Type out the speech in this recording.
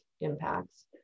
impacts